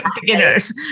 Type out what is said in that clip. beginners